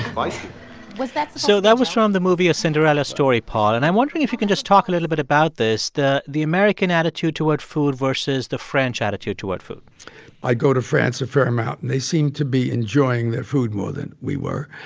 feisty so that was from the movie a cinderella story, paul. and i'm wondering if you can just talk a little bit about this the the american attitude toward food versus the french attitude toward food i go to france a fair amount, and they seemed to be enjoying their food more than we were.